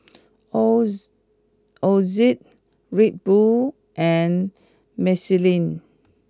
Ozi Red Bull and Michelin